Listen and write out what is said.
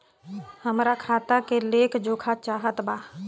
हमरा खाता के लेख जोखा चाहत बा?